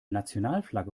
nationalflagge